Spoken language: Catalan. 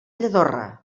lladorre